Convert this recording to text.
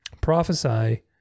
prophesy